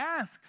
Ask